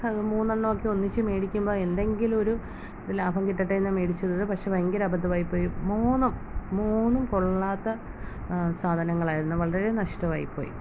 മൂന്നെണ്ണം ഒക്കെ ഒന്നിച്ച് മേടിക്കുമ്പോൾ എന്തെങ്കിലും ഒരു ലാഭം കിട്ടട്ടേ എന്നാണ് മേടിച്ചത് പക്ഷേ ഭയങ്കര അബദ്ധമായിപോയി മൂന്നും മൂന്നും കൊള്ളാത്ത സാധനങ്ങളായിരുന്നു വളരെ നഷ്ടമായിപ്പോയി